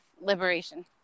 liberation